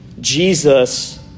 Jesus